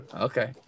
Okay